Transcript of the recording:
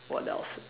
what else